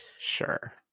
Sure